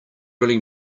really